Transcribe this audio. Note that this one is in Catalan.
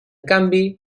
canvi